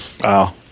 Wow